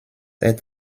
est